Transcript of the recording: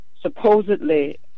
supposedly